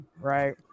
right